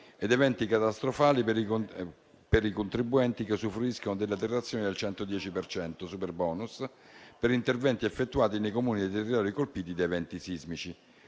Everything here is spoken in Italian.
ed eventi catastrofali per i contribuenti che usufruiscano della detrazione al 110 per cento (superbonus) per interventi effettuati nei Comuni dei territori colpiti da eventi sismici.